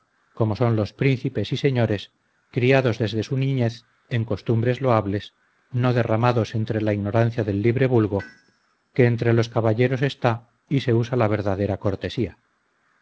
como son los príncipes y señores criados desde su niñez en costumbres loables no derramados entre la ignorancia del libre vulgo que entre los caballeros está y se usa la verdadera cortesía